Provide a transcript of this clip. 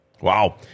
Wow